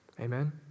Amen